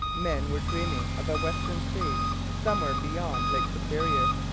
men were dreaming of a western sea somewhere beyond lake superior.